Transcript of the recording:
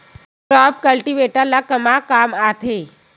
Crop cultivator ला कमा काम आथे?